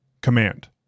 Command